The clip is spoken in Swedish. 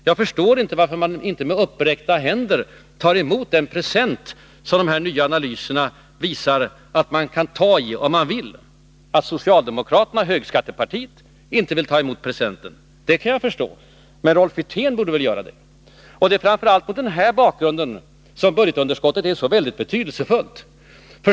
Jag förstår inte varför man inte med uppräckta händer tar emot den presenten. Att socialdemokraterna, högskattepartiet, inte vill ta emot den kan jag förstå, men Rolf Wirtén borde väl göra det. Det är framför allt mot den bakgrunden som budgetunderskottet/är så betydelsefullt.